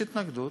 יש התנגדות,